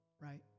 right